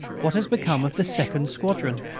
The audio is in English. what has become of the second squadron?